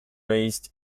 raised